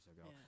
ago